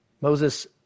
Moses